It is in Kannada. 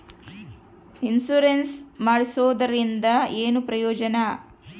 ಇನ್ಸುರೆನ್ಸ್ ಮಾಡ್ಸೋದರಿಂದ ಏನು ಪ್ರಯೋಜನ?